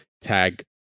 tag